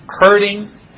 hurting